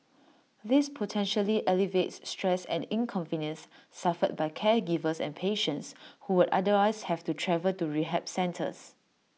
this potentially alleviates stress and inconvenience suffered by caregivers and patients who would otherwise have to travel to rehab centres